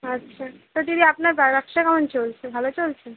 আচ্ছা তা দিদি আপনার ব্যবসা কেমন চলছে ভালো চলছে